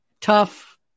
Tough